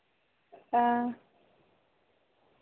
हां